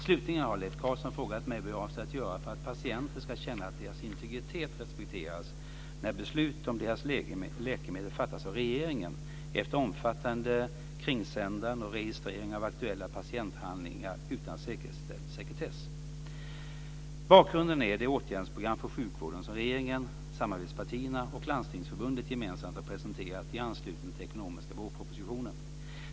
Slutligen har Leif Carlsson frågat mig vad jag avser att göra för att patienter ska känna att deras integritet respekteras när beslut om deras läkemedel fattas av regeringen efter omfattande kringsändande och registrering av aktuella patienthandlingar utan säkerställd sekretess. Bakgrunden är det åtgärdsprogram för sjukvården som regeringen, samarbetspartierna och Landstingsförbundet gemensamt har presenterat i anslutning till den ekonomiska vårpropositionen.